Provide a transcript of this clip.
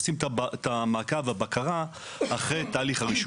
עושים את המעקב והבקרה אחרי תהליך הרישוי.